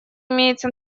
имеется